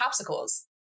popsicles